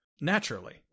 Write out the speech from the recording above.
Naturally